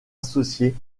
associés